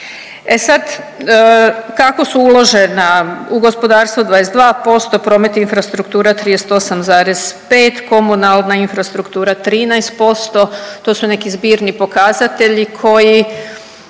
E sad, kako su uložena? U gospodarstvo 22%, promet i infrastruktura 38,5, komunalna infrastruktura 13%, to su neki zbirni pokazatelji koji